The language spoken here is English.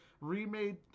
remade